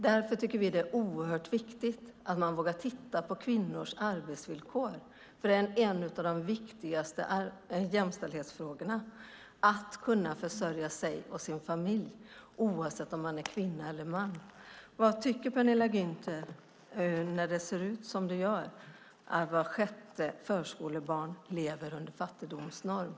Därför tycker vi att det är oerhört viktigt att man vågar titta på kvinnors arbetsvillkor, för en av de viktigaste jämställdhetsfrågorna är att kunna försörja sig och sin familj, oavsett om man är kvinna eller man. Vad tycker Penilla Gunther när det ser ut som det gör, att vart sjätte förskolebarn lever under fattigdomsnormen?